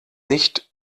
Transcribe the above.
nicht